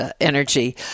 energy